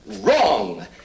Wrong